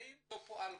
האם זה קורה בפועל,